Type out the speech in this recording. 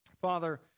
Father